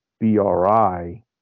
bri